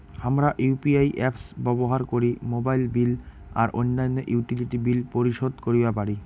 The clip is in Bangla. হামরা ইউ.পি.আই অ্যাপস ব্যবহার করি মোবাইল বিল আর অইন্যান্য ইউটিলিটি বিল পরিশোধ করিবা পারি